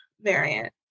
variant